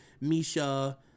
Misha